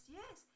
yes